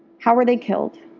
how were they killed?